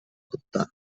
dubtar